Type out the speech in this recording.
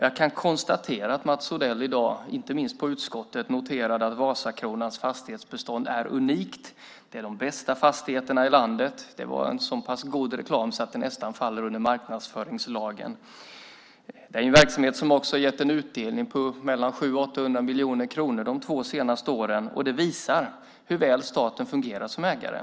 Jag kan konstatera att Mats Odell i dag, inte minst i utskottet, noterade att Vasakronans fastighetsbestånd är unikt. Det är de bästa fastigheterna i landet. Det var en så pass god reklam att den nästan faller under marknadsföringslagen. Det är en verksamhet som också har gett en utdelning på mellan 700 och 800 miljoner kronor de två senaste åren. Det visar hur väl staten fungerar som ägare.